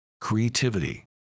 creativity